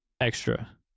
extra